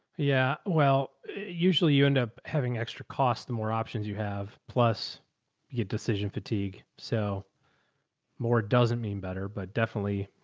yeah, well usually you end up having extra costs. the more options you have plus you get decision fatigue. so more doesn't mean better, but definitely.